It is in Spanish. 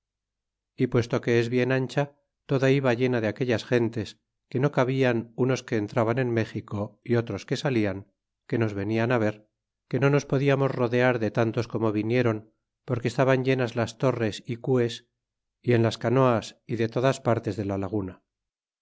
é puesto que es bien ancha toda iba llena de aquellas gentes que no cabian unos que entraban en méxico y otros que salian que nos venian á ver que no nos podiamos rodear de tantos como viniéron porque estaban llenas las torres é cues y en las canoas y de todas partes de la laguna